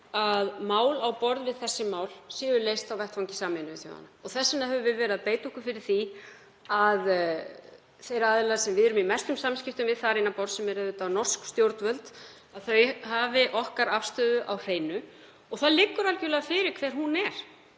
að mál á borð við þessi séu leyst á vettvangi Sameinuðu þjóðanna. Þess vegna höfum við verið að beita okkur fyrir því að þeir aðilar sem við erum í mestum samskiptum við þar innan borðs, sem eru norsk stjórnvöld, hafi okkar afstöðu á hreinu og það liggur algerlega fyrir hver hún er.